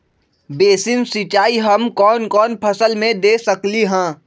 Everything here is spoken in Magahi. बेसिन सिंचाई हम कौन कौन फसल में दे सकली हां?